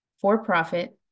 for-profit